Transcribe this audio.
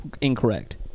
incorrect